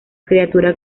criatura